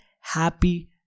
happy